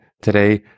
today